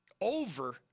over